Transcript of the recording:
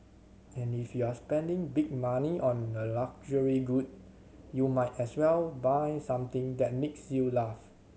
and if you're spending big money on a luxury good you might as well buy something that makes you laugh